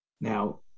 Now